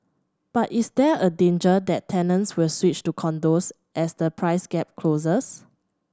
but is there a danger that tenants will switch to condos as the price gap closes